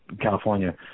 California